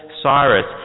Cyrus